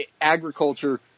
agriculture –